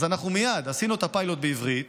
אז אנחנו מייד עשינו את הפיילוט בעברית,